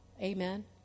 Amen